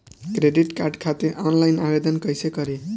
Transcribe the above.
Credit card खातिर online आवेदन कइसे करि?